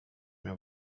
miał